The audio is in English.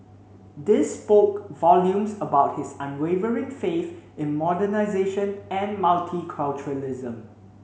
this spoke volumes about his unwavering faith in modernisation and multiculturalism